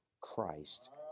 Christ